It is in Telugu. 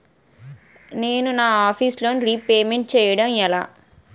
నేను నా ఆఫీస్ లోన్ రీపేమెంట్ చేయడం ఎలా?